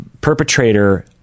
perpetrator